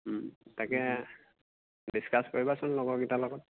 তাকে ডিছকাছ কৰিবাচোন লগৰকেইটাৰ লগত